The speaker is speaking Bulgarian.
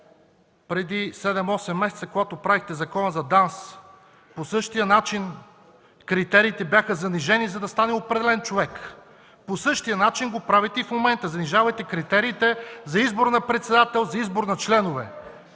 преди 7-8 месеца, когато правихте Закона за ДАНС. Критериите бяха занижени по същия начин, за да стане определен човек. По същия начин го правите и в момента – занижавате критериите за избор на председател, за избор на членове.